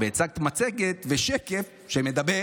הצגת מצגת ושקף שמדבר